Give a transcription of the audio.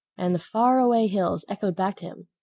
and the far-away hills echoed back to him,